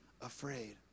afraid